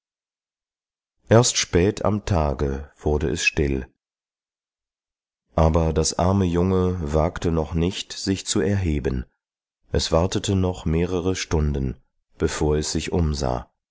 erst spät am tage wurde es still aber das arme junge wagte noch nicht sich zu erheben es wartete noch mehrere stunden bevor es sich umsah